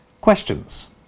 questions